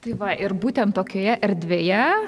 tai va ir būtent tokioje erdvėje